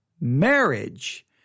marriage